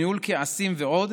ניהול כעסים ועוד,